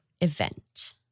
event